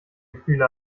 gefühle